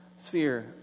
sphere